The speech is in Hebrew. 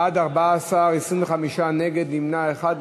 בעד, 14, 25 נגד, נמנע אחד.